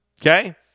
okay